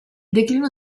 declino